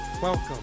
Welcome